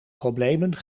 problemen